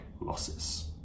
losses